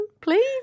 please